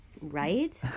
right